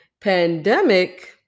Pandemic